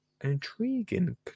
Intriguing